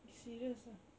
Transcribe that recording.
eh serious ah